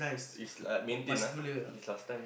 is like maintain ah his last time